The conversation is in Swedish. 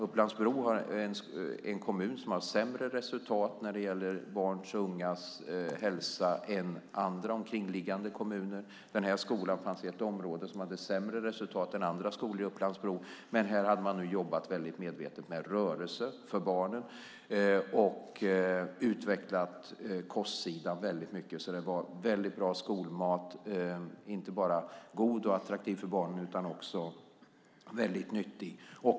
Upplands-Bro är en kommun som har sämre resultat när det gäller barns och ungas hälsa än andra omkringliggande kommuner. Denna skola fanns i ett område som hade sämre resultat än andra skolor i Upplands-Bro. Här hade man jobbat väldigt medvetet med rörelser för barnen och utvecklat kostsidan väldigt mycket. Det var väldigt bra skolmat. Den var inte bara god och attraktiv för barnen utan också väldigt nyttig.